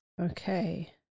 Okay